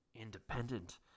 independent